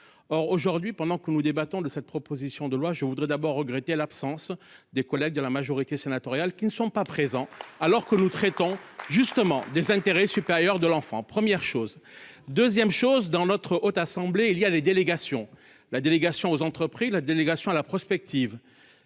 Or aujourd'hui pendant que nous débattons de cette proposition de loi. Je voudrais d'abord regretter l'absence des collègues de la majorité sénatoriale qui ne sont pas présents alors que nous traitons justement des intérêts supérieurs de l'enfant. Première chose 2ème chose dans notre haute assemblée il y a les délégations, la délégation aux entrepris la délégation à la prospective.